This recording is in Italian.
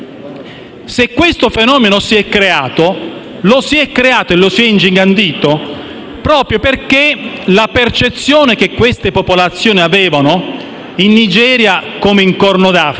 Se il fenomeno si è creato, lo si è creato e lo si è ingigantito proprio perché la percezione che quelle popolazioni avevano, in Nigeria come in Corno d'Africa,